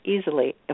easily